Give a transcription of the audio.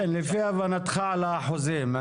כן, לפי הבנתך לאחוזים.